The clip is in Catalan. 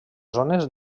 zones